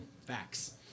facts